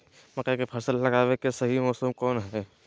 मकई के फसल लगावे के सही मौसम कौन हाय?